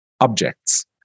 objects